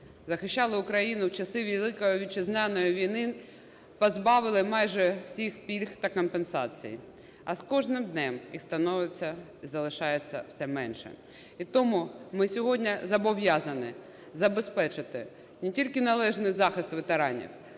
захищали Україну в часи Великої Вітчизняної війни, позбавили майже всіх пільг та компенсацій. А з кожним днем їх становиться і залишається все менше. І тому ми сьогодні зобов'язані забезпечити не тільки належний захист ветеранів,